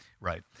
Right